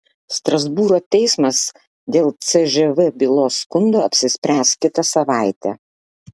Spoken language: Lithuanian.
strasbūro teismas dėl cžv bylos skundo apsispręs kitą savaitę